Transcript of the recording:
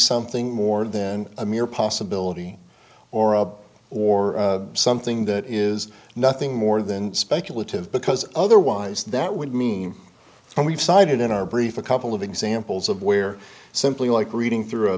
something more than a mere possibility or a or something that is nothing more than speculative because otherwise that would mean and we've cited in our brief a couple of examples of where simply like reading through